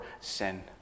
sin